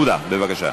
בבקשה.